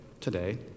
today